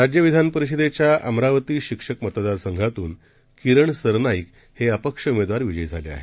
राज्य विधानपरिषदेच्या अमरावती शिक्षक मतदार संघातून किरण सरनाईक हे अपक्ष उमेदवार विजयी झाले आहेत